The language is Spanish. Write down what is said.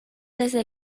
desde